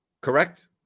Correct